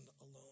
alone